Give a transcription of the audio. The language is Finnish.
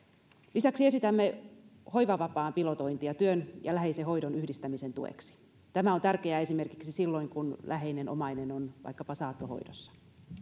lisäksi esitämme hoivavapaan pilotointia työn ja läheisen hoidon yhdistämisen tueksi tämä on tärkeää esimerkiksi silloin kun läheinen omainen on vaikkapa saattohoidossa